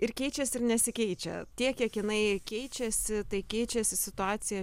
ir keičiasi ir nesikeičia tiek kiek jinai keičiasi tai keičiasi situacija